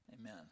Amen